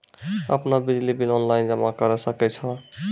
आपनौ बिजली bill online जमा करै सकै छौ?